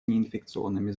неинфекционными